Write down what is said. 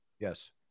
Yes